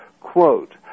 Quote